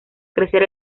crecer